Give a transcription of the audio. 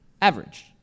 average